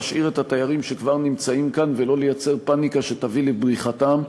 להשאיר את התיירים שכבר נמצאים כאן ולא ליצור פניקה שתביא לבריחתם.